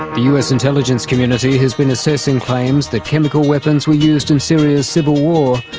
us intelligence community has been assessing claims that chemical weapons were used in syria's civil war.